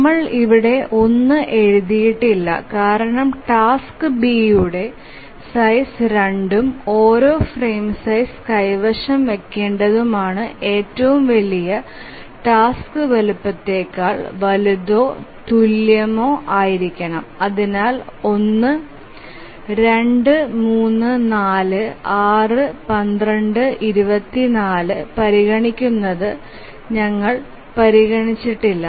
നമ്മൾ ഇവിടെ 1 എഴുതിയിട്ടില്ല കാരണം ടാസ്ക് Bയുടെ സൈസ് 2 ഉം ഓരോ ഫ്രെയിം സൈസ് കൈവശം വയ്ക്കേണ്ടതുമാണ് ഏറ്റവും വലിയ ടാസ്ക് വലുപ്പത്തേക്കാൾ വലുതോ തുല്യമോ ആയിരിക്കണം അതിനാൽ ഒന്ന് 2 3 4 6 12 24 പരിഗണിക്കുന്നത് ഞങ്ങൾ പരിഗണിച്ചിട്ടില്ല